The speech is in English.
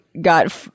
got